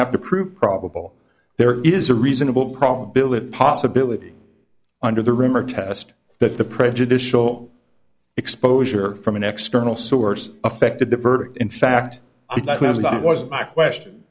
have to prove probable there is a reasonable probability possibility under the rumor test that the prejudicial exposure from an xterm no source affected the verdict in fact was i question